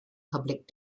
public